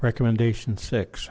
recommendation six